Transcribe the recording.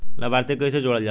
लभार्थी के कइसे जोड़ल जाला?